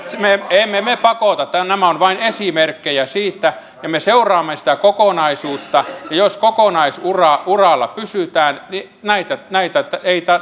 emme me pakota nämä ovat vain esimerkkejä siitä ja me seuraamme sitä kokonaisuutta ja jos kokonaisuralla pysytään niin